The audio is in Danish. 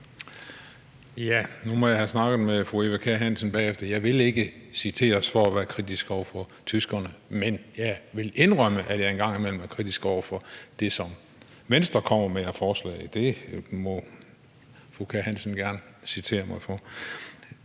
Jeg må have snakket med fru Eva Kjer Hansen bagefter: Jeg vil ikke citeres for at være kritisk over for tyskerne, men jeg vil indrømme, at jeg engang imellem er kritisk over for det, som Venstre kommer med af forslag – og det må fru Eva Kjer Hansen gerne citere mig for.